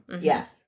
Yes